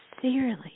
sincerely